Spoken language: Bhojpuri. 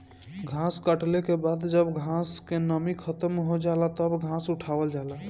घास कटले के बाद जब घास क नमी खतम हो जाला तब घास उठावल जाला